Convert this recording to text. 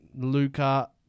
Luca